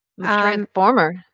Transformer